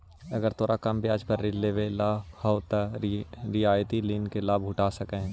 अगर तोरा कम ब्याज पर ऋण लेवेला हउ त रियायती ऋण के लाभ उठा सकऽ हें